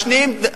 האחרים,